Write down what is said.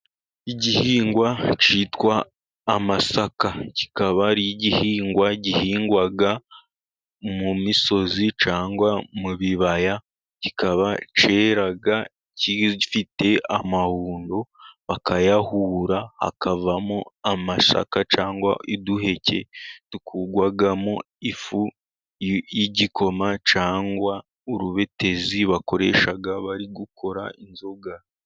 Igihingwa cyitwa amasaka. Kikaba ari igihingwa gihingwaga mu misozi cyangwa mu bibaya, kikaba cyera kifite amahundo bakayahura, hakavamo amasaka cyangwa uduheke durwamo ifu y'igikoma, cyangwa urubetezi bakoresha bari gukora inzoga.